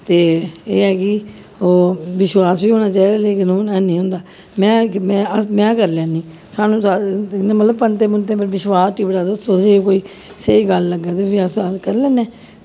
ते एह् है कि ओह् विश्वास बी होना चाहिदा लेकिन हून हैनी होंदा में में में करी लैन्नी सानूं मतलब पंतें पुंतें उप्पर विश्वास टिबड़ा च तुसेंगी कोई स्हेई गल्ल लगेग्गै ते फ्ही अस करी लैन्ने